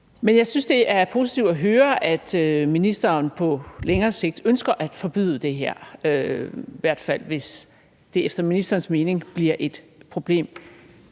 Men jeg synes, det er positivt at høre, at ministeren på længere sigt ønsker at forbyde det her, i hvert fald hvis det efter ministerens mening bliver et problem.